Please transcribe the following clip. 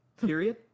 Period